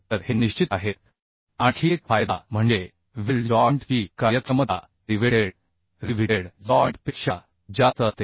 तर हे निश्चित आहेत आणखी एक फायदा म्हणजे वेल्ड जॉइंट ची कार्यक्षमता रिवेटेड जॉइंट पेक्षा जास्त असते